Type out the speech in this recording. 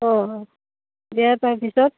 অঁ দিয়া তাৰপিছত